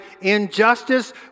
injustice